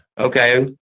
Okay